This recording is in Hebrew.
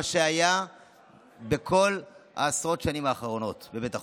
מה שהיה בכל עשרות השנים האחרונות בבית החולים.